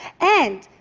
and,